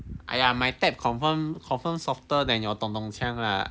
!aiyo! my ipad confirm confirm softer than your dong dong qiang lah